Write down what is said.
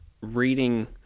reading